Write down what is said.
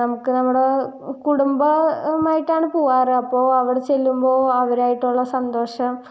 നമുക്ക് നമ്മുടെ കുടുംബമായിട്ടാണ് പോവാറ് അപ്പോൾ അവിടെ ചെല്ലുമ്പോൾ അവരായിട്ടുള്ള സന്തോഷം